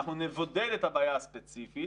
אנחנו נבודד את הבעיה הספציפית,